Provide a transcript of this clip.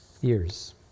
years